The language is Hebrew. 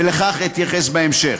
ולכך אתייחס בהמשך.